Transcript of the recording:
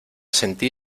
sentí